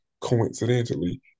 coincidentally